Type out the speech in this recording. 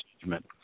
judgment